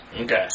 Okay